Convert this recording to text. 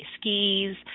skis